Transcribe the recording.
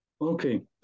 Okay